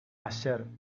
ayer